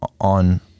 on